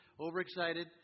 overexcited